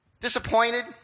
Disappointed